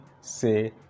say